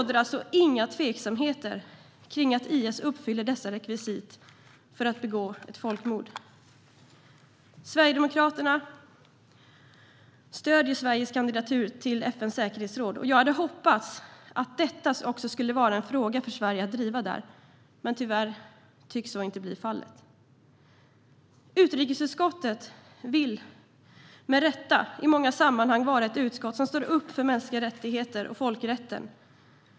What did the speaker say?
Det råder inga tveksamheter om att IS uppfyller dessa rekvisit för folkmord. Sverigedemokraterna stöder Sveriges kandidatur till FN:s säkerhetsråd, och jag hade hoppats att detta skulle vara en fråga för Sverige att driva där, men tyvärr tycks så inte bli fallet. Utrikesutskottet vill med rätta i många sammanhang vara ett utskott som står upp för mänskliga rättigheter och folkrätten.